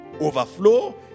Overflow